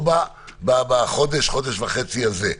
לא בחודש, חודש וחצי הזה,